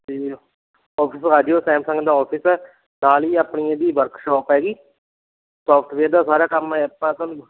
ਤਾਂ ਆਫ਼ਿਸ ਆ ਜਾਇਓ ਸੈਮਸੰਗ ਦਾ ਆਫਿਸ ਹੈ ਨਾਲ ਹੀ ਆਪਣੀ ਇਹਦੀ ਵਰਕਸ਼ਾਪ ਹੈਗੀ ਸੋਫਟਵੇਅਰ ਦਾ ਸਾਰਾ ਕੰਮ ਹੈ ਆਪਾਂ ਤੁਹਾਨੂੰ